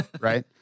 Right